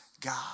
God